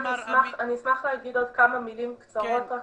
אני אשמח להגיד עוד כמה מילים קצרות לסיכום.